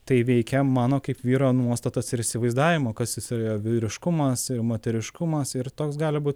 tai veikia mano kaip vyro nuostatas ir įsivaizdavimą kas yra vyriškumas ir moteriškumas ir toks gali būt